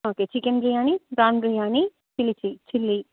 okay chicken biryani prawn biryani chilli chick chilli